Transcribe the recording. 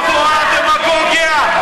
דמגוגיה.